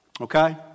Okay